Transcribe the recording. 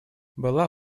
была